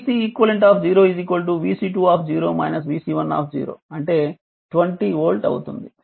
కాబట్టి vCeq vC2 vC1 అంటే 20 volt అవుతుంది